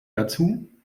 dazu